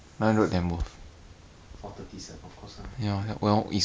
like like bal~ balmond balmond I win leh